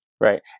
Right